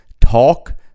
talk